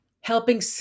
helping